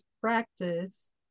practice